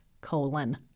colon